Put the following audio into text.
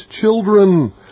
children